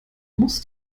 muss